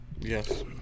Yes